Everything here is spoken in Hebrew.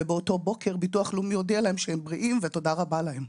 ובאותו בוקר ביטוח לאומי הודיע להם שהם בריאים ותודה רבה להם.